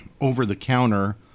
over-the-counter